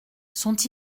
sont